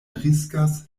riskas